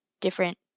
different